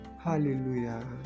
hallelujah